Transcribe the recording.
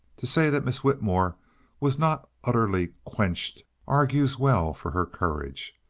to say that miss whitmore was not utterly quenched argues well for her courage.